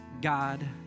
God